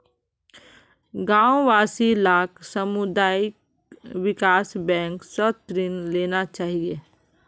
गांव वासि लाक सामुदायिक विकास बैंक स ऋण लेना चाहिए